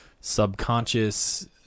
subconscious